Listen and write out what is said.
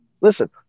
listen